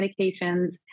medications